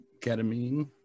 Ketamine